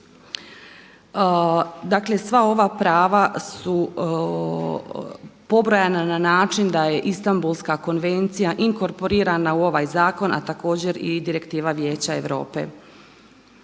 Dakle sva ova prava su pobrojana na način da je Istambulska konvencija inkorporirana u ovaj zakon, a također i Direktiva Vijeća Europe.